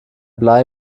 blei